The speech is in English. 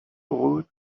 road